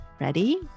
Ready